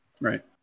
Right